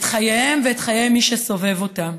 את חייהם ואת חיי מי שסובב אותם.